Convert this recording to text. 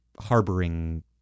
harboring